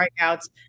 strikeouts